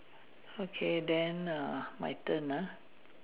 okay then err my turn ah